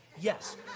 Yes